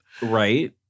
Right